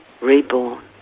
reborn